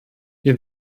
wir